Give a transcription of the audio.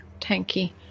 tanky